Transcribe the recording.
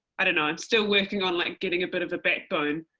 i don't know, i'm still working on like getting a bit of a backbone.